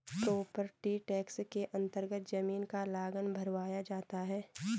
property tax के अन्तर्गत जमीन का लगान भरवाया जाता है